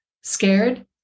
scared